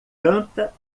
canta